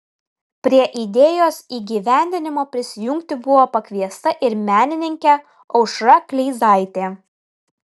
prie idėjos įgyvendinimo prisijungti buvo pakviesta ir menininkė aušra kleizaitė